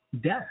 death